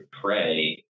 pray